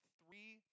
three